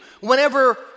whenever